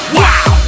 wow